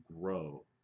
grow